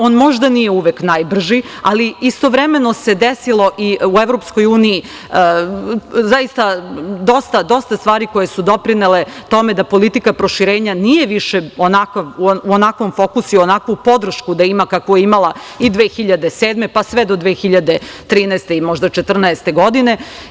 On možda nije uvek najbrži, ali istovremeno se desilo i u EU dosta stvari koje su doprinele tome da politika proširenja nije više u onakvom fokusu i onakvu podršku da ima kakvu je imala i 2007. pa sve do 2013. i možda 2014. godine.